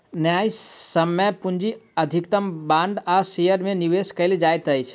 न्यायसम्य पूंजी अधिकतम बांड आ शेयर में निवेश कयल जाइत अछि